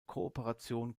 kooperation